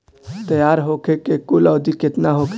तैयार होखे के कुल अवधि केतना होखे?